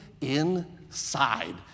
inside